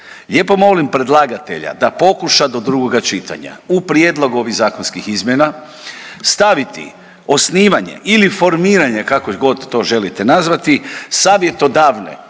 lijepo molim predlagatelja da pokuša do drugog čitanja u prijedlog ovih zakonskih izmjena staviti osnivanje ili formiranje kakogod to želite nazvati, savjetodavne